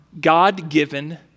God-given